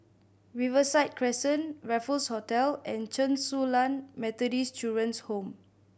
Riverside Crescent Raffles Hotel and Chen Su Lan Methodist Children's Home